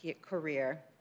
career